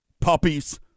puppies